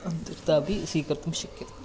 अन्तरादपि स्वीकर्तुं शक्यते